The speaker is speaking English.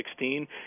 2016